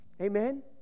Amen